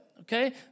okay